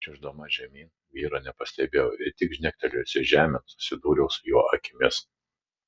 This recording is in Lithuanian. čiuoždama žemyn vyro nepastebėjau ir tik žnektelėjusi žemėn susidūriau su jo akimis